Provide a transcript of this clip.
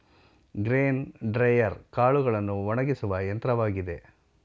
grain dryer ಕಾಳುಗಳನ್ನು ಒಣಗಿಸುವ ಯಂತ್ರವಾಗಿದೆ